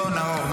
לא, נאור.